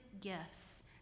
gifts